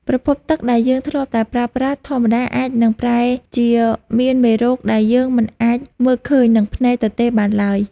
ប្រភពទឹកដែលយើងធ្លាប់តែប្រើប្រាស់ជាធម្មតាអាចនឹងប្រែជាមានមេរោគដែលយើងមិនអាចមើលឃើញនឹងភ្នែកទទេបានឡើយ។